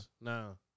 No